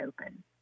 open